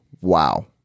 Wow